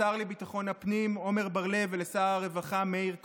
לשר לביטחון הפנים עמר בר לב ולשר הרווחה מאיר כהן,